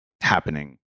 happening